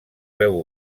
veu